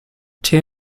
two